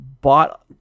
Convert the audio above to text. bought